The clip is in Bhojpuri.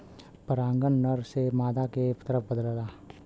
परागन नर से मादा के तरफ बदलला